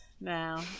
Now